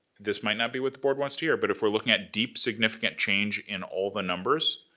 this might not be what the board wants to hear, but if we're looking at deep significant change in all the numbers,